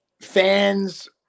fans